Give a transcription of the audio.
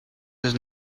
does